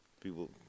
People